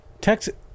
Texas